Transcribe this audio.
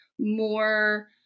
more